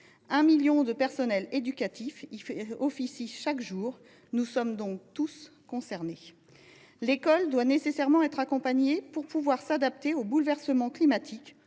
1 million de personnels éducatifs. Nous sommes tous concernés. L’école doit nécessairement être accompagnée pour pouvoir s’adapter aux bouleversements climatiques,